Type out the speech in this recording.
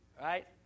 Right